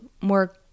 more